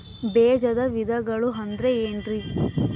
ಬೇಜದ ವಿಧಗಳು ಅಂದ್ರೆ ಏನ್ರಿ?